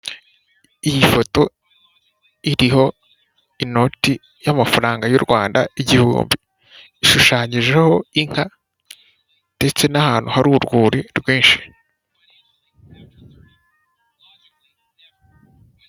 Iyi foto iriho inoti y'amafaranga y'u Rwanda igihumbi. Ishushanyijeho inka, ndetse n'ahantu hari urwuri rwinshi.